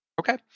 Okay